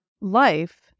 life